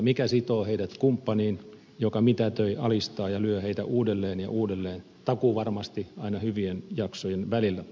mikä sitoo heidät kumppaniin joka mitätöi alistaa ja lyö heitä uudelleen ja uudelleen takuuvarmasti aina hyvien jaksojen välillä